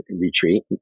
retreat